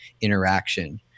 interaction